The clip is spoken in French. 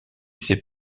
ses